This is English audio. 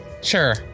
Sure